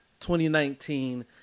2019